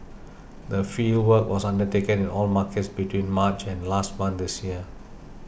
the fieldwork was undertaken in all markets between March and last month this year